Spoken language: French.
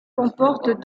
comporte